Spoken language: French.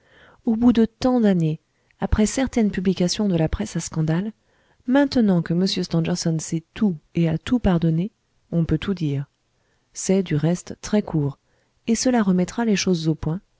au bout de tant d'années après certaines publications de la presse à scandale maintenant que m stangerson sait tout et a tout pardonné on peut tout dire c'est du reste très court et cela remettra les choses au point